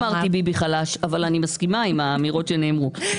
לא אמרתי ביבי חלש אבל אני מסכימה עם האמירות שנאמרו.